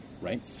right